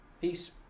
Peace